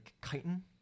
chitin